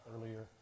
earlier